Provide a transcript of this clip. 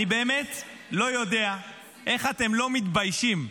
אני באמת לא יודע איך אתם לא מתביישים,